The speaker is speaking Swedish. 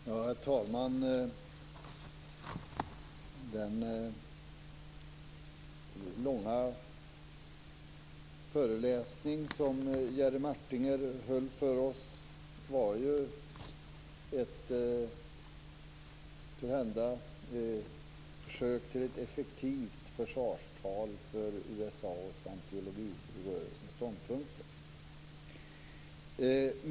Herr talman! Den långa föreläsning som Jerry Martinger höll för oss var törhända ett försök till ett effektivt försvarstal för USA och scientologirörelsens ståndpunkter.